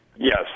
Yes